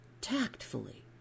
tactfully